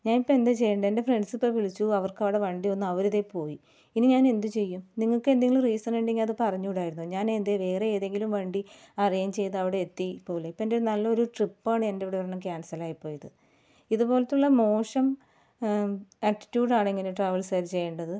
ഞാനിപ്പോൾ എന്താണ് ചെയ്യണ്ടത് എൻ്റെ ഫ്രണ്ട്സ് ഇപ്പോൾ വിളിച്ചു അവർക്ക് അവരുടെ വണ്ടി വന്ന് അവര് ദേ പോയി ഇനി ഞാനെന്ത് ചെയ്യും നിങ്ങൾക്ക് എന്തെങ്കിലും റീസണ് ഉണ്ടെങ്കിൽ അത് പറഞ്ഞൂടായിരുന്നോ ഞാൻ എൻ്റെ വേറെ ഏതേലും വണ്ടി അറേഞ്ച് ചെയ്ത് അവിടെ എത്തി പോകുവില്ലെ ഇപ്പോൾ എൻ്റെ ഒരു നല്ലൊരു ട്രിപ്പാണ് നിങ്ങള് കാരണം ക്യാൻസലായിപ്പോയത് ഇതുപോലത്തേയുള്ള മോശം ആറ്റിറ്റ്യൂട്ട് ആണിങ്ങനെ ട്രാവൽസാര് ചെയ്യേണ്ടത്